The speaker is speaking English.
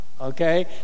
okay